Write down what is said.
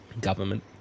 Government